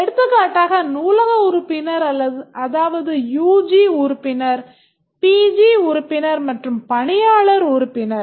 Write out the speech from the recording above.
எடுத்துக்காட்டாக நூலக உறுப்பினர் அதாவது யுஜி உறுப்பினர் பிஜி உறுப்பினர் மற்றும் பணியாளர் உறுப்பினர்